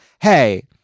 Hey